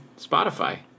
Spotify